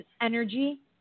energy